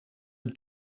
are